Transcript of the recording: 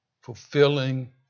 fulfilling